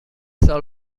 سال